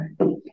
Okay